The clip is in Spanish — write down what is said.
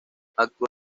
actuó